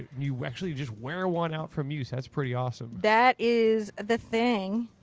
you actually just wear one out from use. that's pretty awesome. that is the thing.